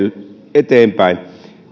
eteenpäin